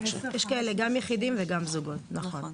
יש כאלה, גם יחידים וגם זוגות, נכון.